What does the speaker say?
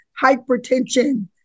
hypertension